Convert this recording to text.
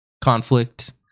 conflict